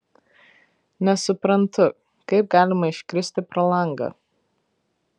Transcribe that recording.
nesuprantu kaip galima iškristi pro langą